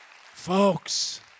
Folks